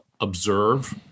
observe